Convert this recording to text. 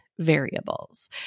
variables